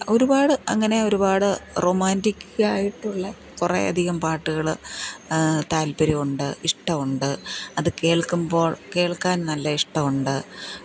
ഒരുപാട് അങ്ങനെ ഒരുപാട് റൊമാൻറിക്ക് ആയിട്ടുള്ള കുറേ അധികം പാട്ടുകൾ താൽപ്പര്യമുണ്ട് ഇഷ്ടമുണ്ട് അത് കേൾക്കുമ്പോൾ കേൾക്കാൻ നല്ല ഇഷ്ടമുണ്ട്